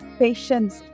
patience